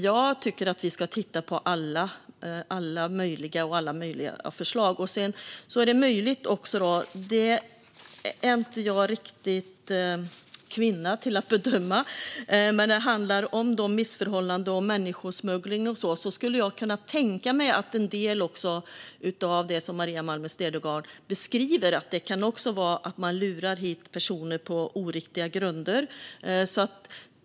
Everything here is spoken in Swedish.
Jag tycker att vi ska titta på alla möjliga förslag. Jag är inte riktigt kvinna att bedöma det, men när det handlar om missförhållanden i form av människosmuggling och så vidare skulle jag kunna tänka mig att en del av det Maria Malmer Stenergard beskriver kan vara att man lurar hit personer på oriktiga grunder.